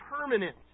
permanent